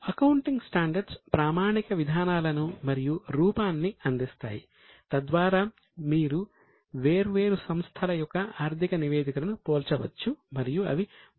accounting standards ప్రామాణిక విధానాలను మరియు రూపాన్ని అందిస్తాయి తద్వారా మీరు వేర్వేరు సంస్థల యొక్క ఆర్థిక నివేదికలను పోల్చవచ్చు మరియు అవి మంచి పోలికను ఇస్తాయి